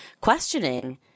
questioning